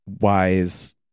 wise